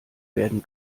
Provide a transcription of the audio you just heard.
werden